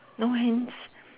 no hints